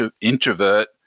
introvert